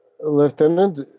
Lieutenant